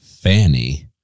fanny